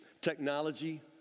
technology